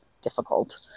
difficult